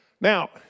Now